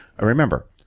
remember